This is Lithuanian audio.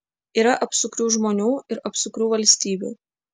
yra apsukrių žmonių ir apsukrių valstybių